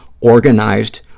organized